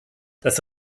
das